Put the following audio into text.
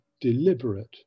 deliberate